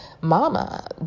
mama